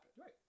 Right